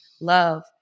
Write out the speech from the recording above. love